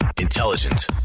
Intelligent